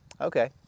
Okay